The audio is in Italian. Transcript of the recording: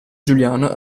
giuliano